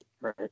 Right